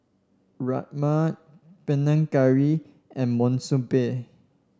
Rajma Panang Curry and Monsunabe